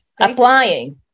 Applying